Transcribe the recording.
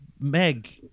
Meg